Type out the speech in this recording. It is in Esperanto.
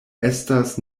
estas